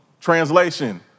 translation